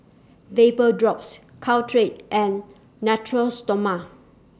Vapodrops Caltrate and Natura Stoma